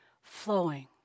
flowing